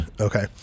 Okay